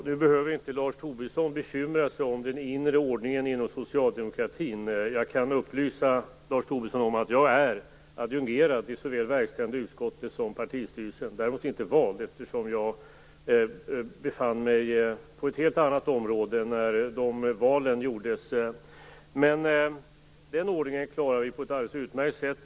Fru talman! Lars Tobisson behöver inte bekymra sig om den inre ordningen inom socialdemokratin. Jag kan upplysa Lars Tobisson om att jag är adjungerad i såväl verkställande utskottet som partistyrelsen. Däremot är jag inte vald eftersom jag befann mig på ett helt annat område när dessa val gjordes. Den ordningen klarar vi på ett alldeles utmärkt sätt.